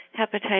hepatitis